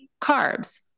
carbs